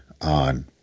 on